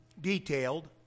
detailed